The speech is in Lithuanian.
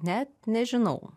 net nežinau